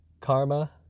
karma